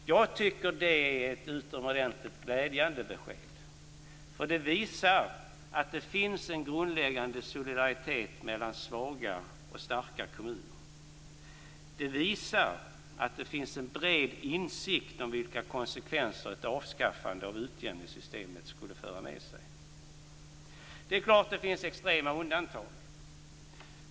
Jag tycker att det är ett utomordentligt glädjande besked, för det visar att det finns en grundläggande solidaritet mellan svaga och starka kommuner. Det visar att det finns en bred insikt om vilka konsekvenser ett avskaffande av utjämningssystemet skulle föra med sig. Det är klart att det finns extrema undantag.